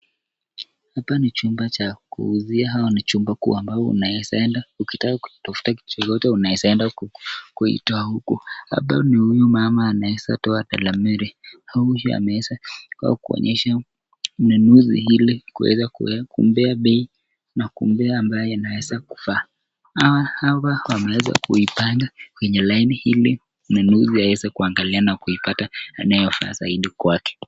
Hapa ni chumba cha kuuzia. Hawa ni chumba kuu ambao unaweza enda ukitaka kutafuta kitu chochote unaweza enda kuikitoa huku. Hapa ni huyu mama anaweza toa Delamere. Huyu ameweza kuonyesha mnunuzi ile kuweza kumpea bei na kumpea ambayo anaweza kufaa. Hawa hawa wameweza kuipanga kwenye laini hili mnunuzi aweze kuangalia na kuipata anayefaa zaidi kwake.